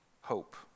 hope